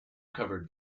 covered